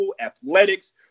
Athletics